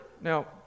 Now